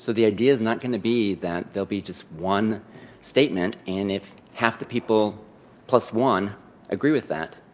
the idea is not going to be that there'll be just one statement, and if half the people plus one agree with that,